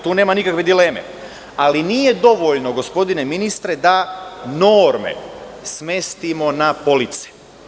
Tu nema nikakve dileme, ali nije dovoljno, gospodine ministre, da norme smestimo na police.